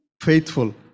faithful